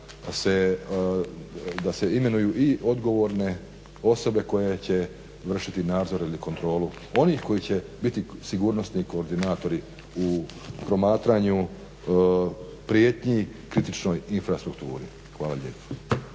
da se imenuju i odgovorne osobe koje će vršiti nadzor ili kontrolu onih koji će biti sigurnosni koordinatori u promatranju prijetnji kritičnoj infrastrukturi. Hvala lijepo.